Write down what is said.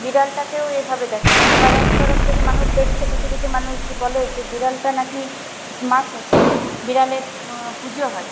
বিড়ালটাকেও এভাবে দেখে আবার এক তরফ মানুষ দেখছে কিছু কিছু মানুষ যে বলে যে বিড়ালটা নাকি মা ষষ্ঠী বিড়ালের পুজো হয়